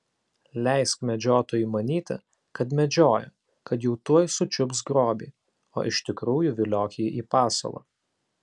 leisk medžiotojui manyti kad medžioja kad jau tuoj sučiups grobį o iš tikrųjų viliok jį į pasalą